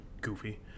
goofy